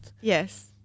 Yes